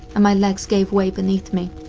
and my legs gave way beneath me.